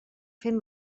fent